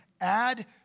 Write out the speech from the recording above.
add